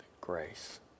grace